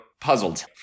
puzzled